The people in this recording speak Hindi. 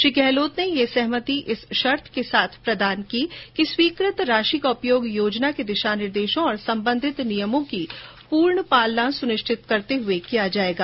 श्री गहलोत ने यह सहमति इस शर्त के साथ प्रदान की है कि स्वीकृत राशि का उपयोग योजना के दिशा निर्देशों और सम्बन्धित नियमों की पूर्ण पालना सुनिश्चित करते हुए किया जाएगा